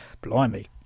Blimey